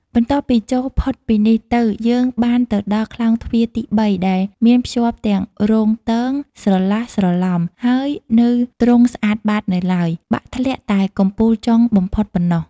បន្ទាប់ពីចូលផុតពីនេះទៅយើងបានទៅដល់ខ្លោងទ្វារទី ៣ ដែលមានភ្ជាប់ទាំងរោងទងស្រឡះស្រឡំ ហើយនៅទ្រង់ស្អាតបាតនៅឡើយ បាក់ធ្លាក់តែកំពូលចុងបំផុតប៉ុណ្ណោះ ។